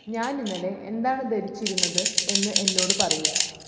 ഞാൻ ഇന്നലെ എന്താണ് ധരിച്ചിരുന്നത് എന്ന് എന്നോട് പറയൂ